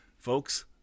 Folks